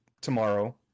tomorrow